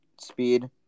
speed